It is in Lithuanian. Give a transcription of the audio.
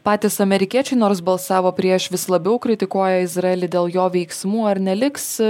patys amerikiečiai nors balsavo prieš vis labiau kritikuoja izraelį dėl jo veiksmų ar neliks